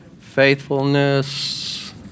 Faithfulness